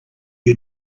you